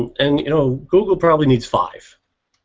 and you know? google probably needs five,